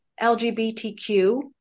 LGBTQ